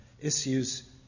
issues